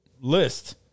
list